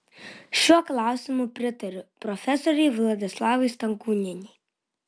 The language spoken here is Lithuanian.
šiuo klausimu pritariu profesorei vladislavai stankūnienei